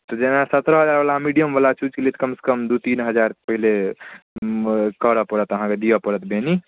तऽ जेना सत्रह हजारवला मीडियमवला चूज केलियै तऽ कमसँ कम दू तीन हजार पहिले करय पड़त अहाँकेँ दिअ पड़त बेनी